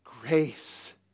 Grace